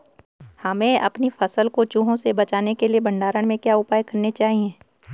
हमें अपनी फसल को चूहों से बचाने के लिए भंडारण में क्या उपाय करने चाहिए?